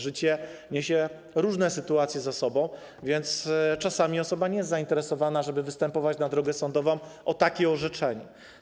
Życie niesie różne sytuacje za sobą, więc czasami osoba nie jest zainteresowana, żeby występować na drogę sądową o takie orzeczenie.